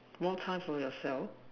more time for yourself